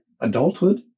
adulthood